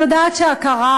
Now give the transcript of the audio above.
אני יודעת שהכרה,